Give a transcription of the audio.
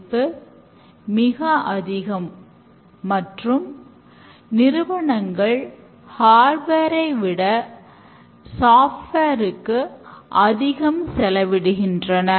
இது பயனாளர்களின் சொற்களில் தொடங்கி அந்த ஒவ்வொரு சொற்கள் அல்லது தேவைகளுக்கும் ஒரு மதிப்பீடு செய்யப்படுகிறது